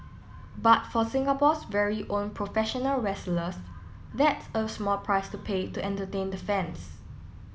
but for Singapore's very own professional wrestlers that's a small price to pay to entertain the fans